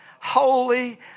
holy